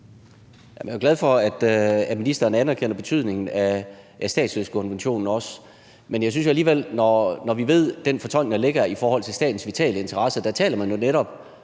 Jeg er glad for, at ministeren anerkender betydningen af statsløsekonventionen, men i forhold til den fortolkning, der ligger i forhold til statens vitale interesser, taler man jo netop